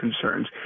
concerns